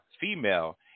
female